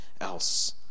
else